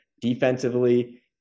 defensively